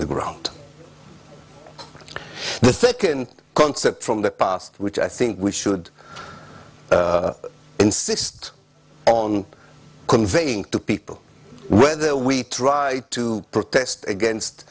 the ground the thickened concept from the past which i think we should insist on conveying to people whether we try to protest against